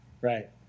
Right